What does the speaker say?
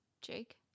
Jake